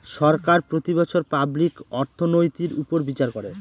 সরকার প্রতি বছর পাবলিক অর্থনৈতির উপর বিচার করে